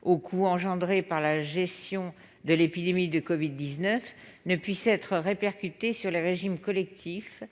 aux coûts suscités par la gestion de l'épidémie de covid-19 ne puisse être répercutée sur les régimes collectifs